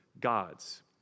gods